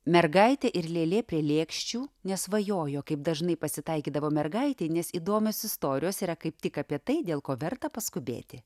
mergaitė ir lėlė prie lėkščių nesvajojo kaip dažnai pasitaikydavo mergaitei nes įdomios istorijos yra kaip tik apie tai dėl ko verta paskubėti